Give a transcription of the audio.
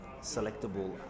selectable